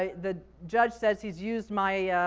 ah the judge says he's used my,